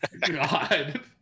god